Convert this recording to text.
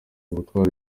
ubutwari